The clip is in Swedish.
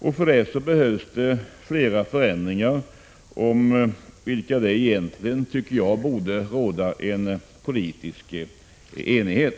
politiken. För detta behövs flera förändringar om vilka det egentligen, tycker jag, borde råda en politisk enighet.